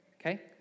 okay